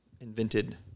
invented